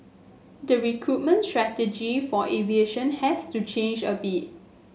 the recruitment strategy for aviation has to change a bit